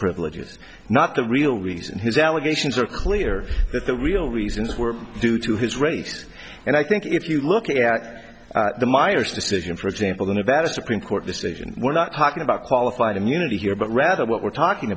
privileges not the real reason his allegations are clear that the real reasons were due to his race and i think if you look at the miers decision for example the nevada supreme court decision we're not talking about qualified immunity here but rather what we're talking